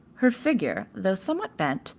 her figure, though somewhat bent,